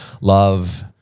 love